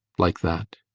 like that.